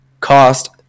cost